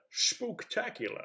spooktacular